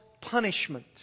punishment